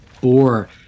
Four